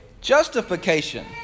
Justification